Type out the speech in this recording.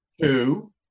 two